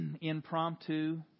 impromptu